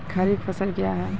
खरीफ फसल क्या हैं?